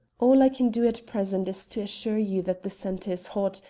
all i can do at present is to assure you that the scent is hot,